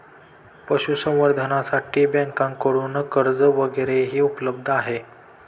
पशुसंवर्धनासाठी बँकांकडून कर्ज वगैरेही उपलब्ध आहे